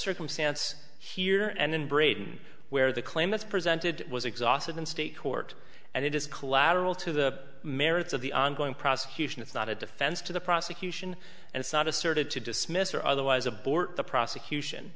circumstance here and in britain where the claim that's presented was exhausted in state court and it is collateral to the merits of the ongoing prosecution it's not a defense to the prosecution and it's not asserted to dismiss or otherwise abort the prosecution